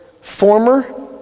former